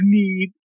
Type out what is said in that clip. need